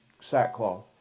sackcloth